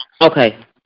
okay